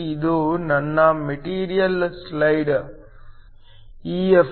ಇದು ನನ್ನ metal side EF